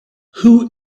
who